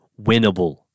winnable